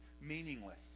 meaningless